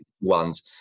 ones